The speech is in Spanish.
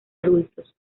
adultos